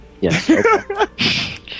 Yes